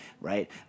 right